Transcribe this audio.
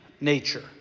nature